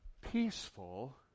peaceful